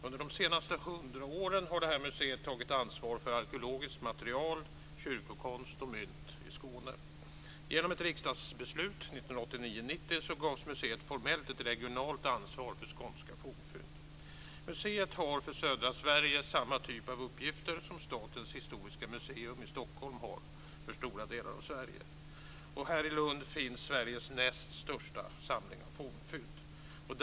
Under de senaste hundra åren har det här museet tagit ansvar för arkeologiskt material, kyrkokonst och mynt i Skåne. Genom ett riksdagsbeslut 1989/90 gavs museet formellt ett regionalt ansvar för skånska fornfynd. Museet har för södra Sverige samma typ av uppgifter som Statens historiska museum i Stockholm har för stora delar av Sverige. I Lund finns Sveriges näst största samling av fornfynd.